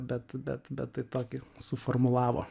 bet bet bet tai tokį suformulavo